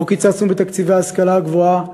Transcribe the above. לא קיצצנו בתקציבי ההשכלה הגבוהה,